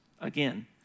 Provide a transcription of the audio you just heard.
again